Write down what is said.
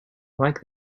like